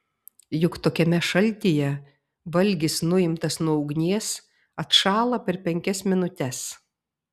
juk tokiame šaltyje valgis nuimtas nuo ugnies atšąla per penkias minutes